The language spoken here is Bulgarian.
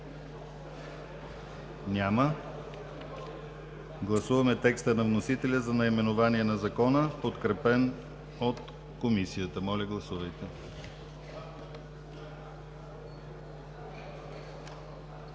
Няма. Гласуваме текста на вносителя за наименованието на Закона, подкрепен от Комисията. Гласували